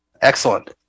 excellent